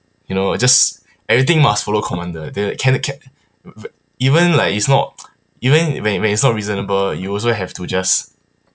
you know just everything must follow commander they'll cannot catch even like it's not even when it when it's not reasonable you also have to just